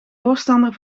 voorstander